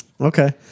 Okay